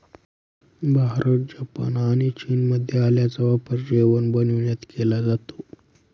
Bharat, Japan आणि चीनमध्ये आल्याचा वापर जेवण बनविण्यात केला जातो